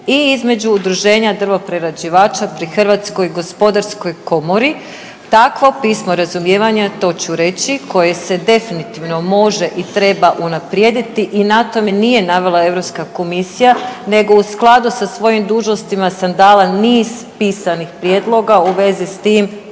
i između udruženja drvoprerađivača pri Hrvatskoj gospodarskoj komori. Takvo pismo razumijevanja, to ću reći koje se definitivno može i treba unaprijediti i na tom me nije navela Europska komisija nego u skladu sa svojim dužnostima sam dala niz pisanih prijedloga u vezi s tim